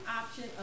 option